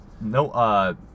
No